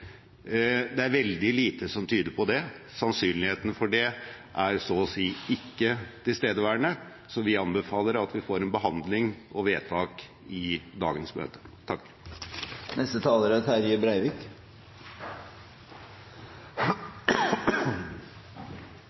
Det er veldig lite som tyder på det. Sannsynligheten for det er så å si ikke tilstedeværende, så vi anbefaler at vi får en behandling og et vedtak i dagens møte.